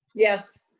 yes.